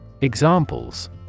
Examples